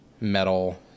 metal